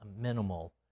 minimal